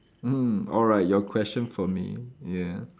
mm alright your question for me yeah